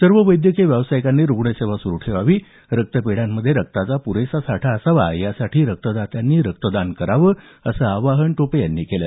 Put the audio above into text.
सर्व वैद्यकीय व्यावसायिकांनी रुग्णसेवा सुरू ठेवावी रक्तपेढ्यांमध्ये रक्ताचा पुरेसा साठा असावा यासाठी रक्तदात्यांनी रक्तदान करावं असं आवाहन टोपे यांनी केलं